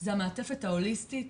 זו המעטפת ההוליסטית,